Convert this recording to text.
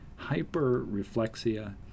hyperreflexia